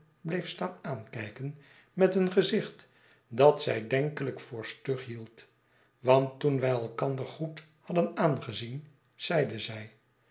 bleef staan aankijken met een gezicht dat zij denkelijk voor stug hield want toen wij elkander goed hadden aangezien zeide zij